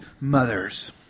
mothers